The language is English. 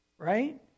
right